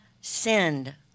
sinned